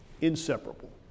inseparable